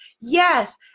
Yes